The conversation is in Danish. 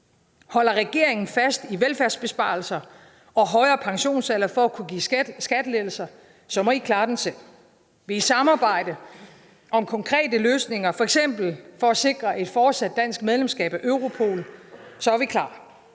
Holder regeringen fast i velfærdsbesparelser og højere pensionsalder for at kunne give skattelettelser, må I klare det selv. Vil I samarbejde om konkrete løsninger, f.eks. for at sikre et fortsat dansk medlemskab af Europol, så er vi klar,